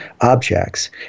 objects